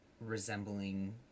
resembling